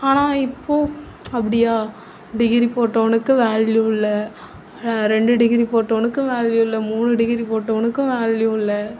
ஆனால் இப்போது அப்படியா டிகிரி போட்டவனுக்கு வேல்யூ இல்லை ரெண்டு டிகிரி போட்டவனுக்கும் வேல்யூ இல்லை மூணு டிகிரி போட்டவனுக்கும் வேல்யூ இல்லை